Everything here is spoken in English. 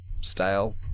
style